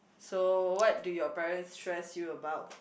so what do your parents stress you about